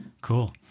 Cool